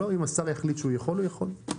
אם השר יחליט שהוא יכול, הוא יכול.